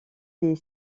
des